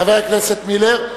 חבר הכנסת מילר,